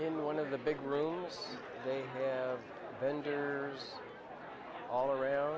in one of the big room vendors all around